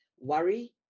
worry